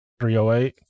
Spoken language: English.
308